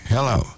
Hello